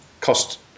cost